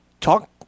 Talk